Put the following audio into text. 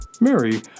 Mary